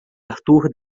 arthur